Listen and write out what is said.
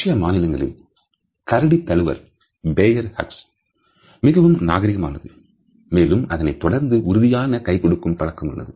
ரஷ்ய மாநிலங்களில் கரடி தழுவல் மிகவும் நாகரிகமானது மேலும் அதனைத் தொடர்ந்து உறுதியான கை குலுக்கும் பழக்கம் உள்ளது